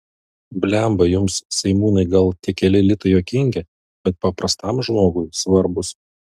blemba jums seimūnai gal tie keli litai juokingi bet paprastam žmogui svarbūs